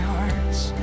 Hearts